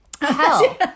hell